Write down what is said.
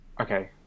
okay